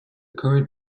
current